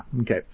okay